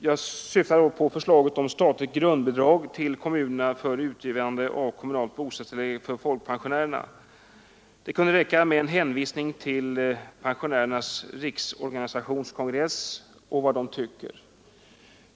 Jag syftar då på förslaget om statligt grundbidrag till kommunerna för utgivande av kommunalt bostadstillägg för folkpensionärerna. Det kunde räcka med en hänvisning till Pensionärernas riksorganisations kongress.